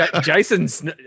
Jason's